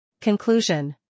Conclusion